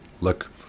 look